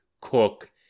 Cook